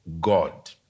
God